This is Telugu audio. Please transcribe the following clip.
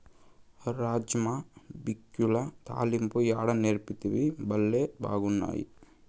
రాజ్మా బిక్యుల తాలింపు యాడ నేర్సితివి, బళ్లే బాగున్నాయి